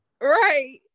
right